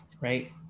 right